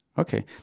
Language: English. Okay